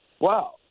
wow